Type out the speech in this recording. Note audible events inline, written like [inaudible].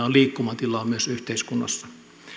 [unintelligible] on liikkumatilaa myös yhteiskunnassa